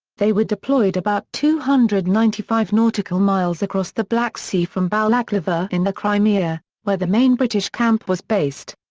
they were deployed about two hundred and ninety five nautical miles across the black sea from balaklava in the crimea, where the main british camp was based.